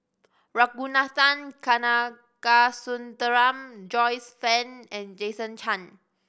Ragunathar Kanagasuntheram Joyce Fan and Jason Chan